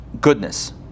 goodness